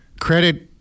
Credit